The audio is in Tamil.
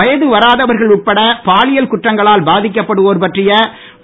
வயதுவராதவர்கள் உட்பட பாலியல் குற்றங்களால் பாதிக்கப்படுவோர் பற்றிய